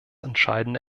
entscheidende